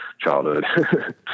childhood